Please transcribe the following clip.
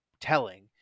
telling